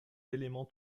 éléments